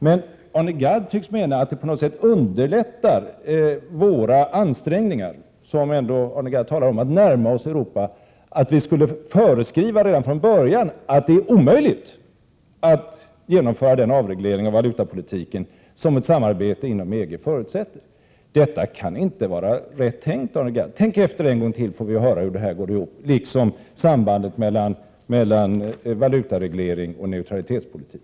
Arne Gadd tycks däremot mena att det på något sätt underlättar våra ansträngningar att närma oss Europa, om vi redan från början föreskriver att det är omöjligt att genomföra den avreglering av valutapolitiken som ett samarbete inom EG förutsätter. Det kan inte vara rätt tänkt, Arne Gadd. Tänk efter en gång till, så får vi höra hur det går ihop! Det gäller också sambandet mellan valutareglering och neutralitetspolitik.